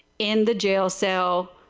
in the jail cell.